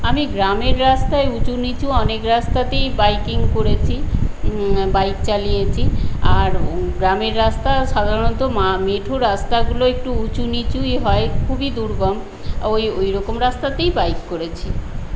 আমি গ্রামের রাস্তায় উঁচু নিচু অনেক রাস্তাতেই বাইকিং করেছি বাইক চালিয়েছি আর গ্রামের রাস্তা সাধারণত মে মেঠো রাস্তাগুলো একটু উঁচু নিচুই হয় খুবই দুর্গম ওই ওইরকম রাস্তাতেই বাইক করেছি